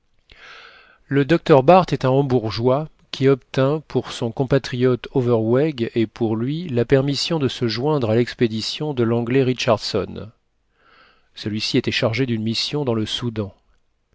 le docteur barth est un hambourgeois qui obtint pour son compatriote overweg et pour lui la permission de se joindre à l'expédition de l'anglais richardson celui-ci était chargé d'une mission dans le soudan